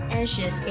anxious